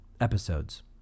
episodes